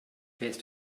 wärst